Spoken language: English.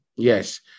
Yes